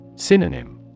Synonym